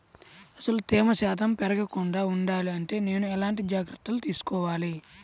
అసలు తేమ శాతం పెరగకుండా వుండాలి అంటే నేను ఎలాంటి జాగ్రత్తలు తీసుకోవాలి?